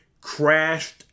crashed